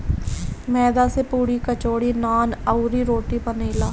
मैदा से पुड़ी, कचौड़ी, नान, अउरी, रोटी बनेला